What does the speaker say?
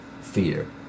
fear